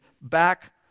back